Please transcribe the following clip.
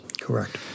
Correct